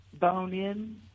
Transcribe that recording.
bone-in